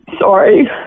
Sorry